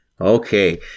Okay